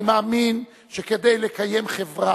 אני מאמין שכדי לקיים חברה